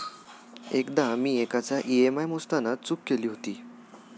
एकदा मी एकाचा ई.एम.आय मोजताना चूक केली होती